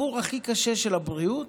בסיפור הכי קשה של הבריאות,